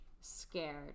scared